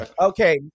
Okay